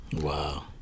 Wow